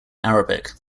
arabic